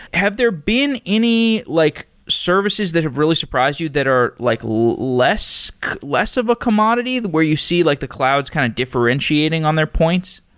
have there been any like services that have really surprised you that are like less less of a commodity, where you see like the clouds kind of differentiating on their points?